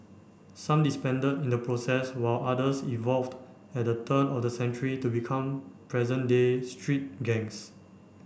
some disbanded in the process while others evolved at the turn of the century to become present day street gangs